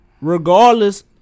Regardless